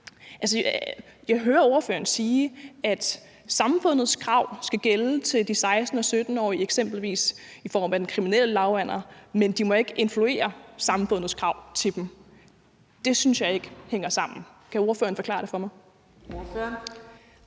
Jeg hører ordføreren sige, at samfundets krav skal gælde for de 16- og 17-årige i forhold til eksempelvis den kriminelle lavalder, men de må ikke influere samfundets krav til dem. Det synes jeg ikke hænger sammen. Kan ordføreren forklare det for mig?